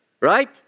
Right